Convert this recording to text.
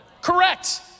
Correct